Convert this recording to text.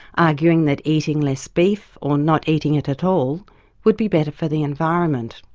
arguing that eating less beef or not eating it at all would be better for the environment.